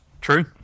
True